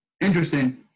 interesting